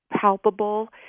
palpable